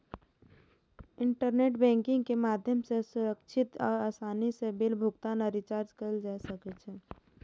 internet banking के माध्यम सं सुरक्षित आ आसानी सं बिल भुगतान आ रिचार्ज कैल जा सकै छै